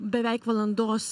beveik valandos